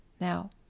Now